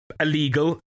illegal